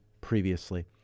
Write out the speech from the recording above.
previously